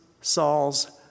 Saul's